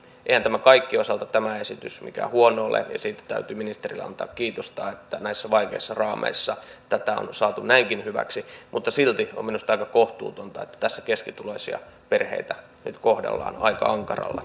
eihän tämä esitys kaikkien osalta mikään huono ole ja siitä täytyy ministerille antaa kiitosta että näissä vaikeissa raameissa tämä on saatu näinkin hyväksi mutta silti minusta on aika kohtuutonta että keskituloisia perheitä nyt kohdellaan aika ankaralla kädellä